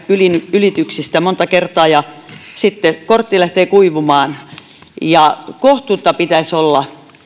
ylityksistä monta kertaa ja sitten kortti lähtee kuivumaan kohtuutta pitäisi olla